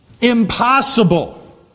impossible